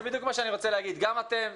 גם אתם,